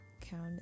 count